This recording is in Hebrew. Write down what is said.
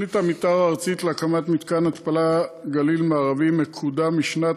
תוכנית המתאר הארצית להקמת מתקן התפלה גליל-מערבי מקודמת משנת